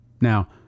Now